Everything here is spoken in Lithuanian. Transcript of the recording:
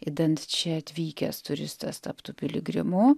idant čia atvykęs turistas taptų piligrimu